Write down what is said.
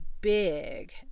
big